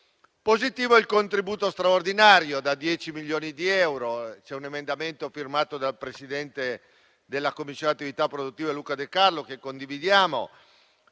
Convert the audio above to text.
Positivo è il contributo straordinario da 10 milioni di euro: